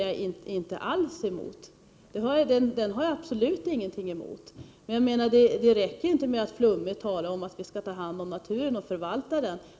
Jag har ingenting emot den. Men det räcker inte med att tala flummigt om att vi skall ta hand om naturen och förvalta den.